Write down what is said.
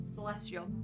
Celestial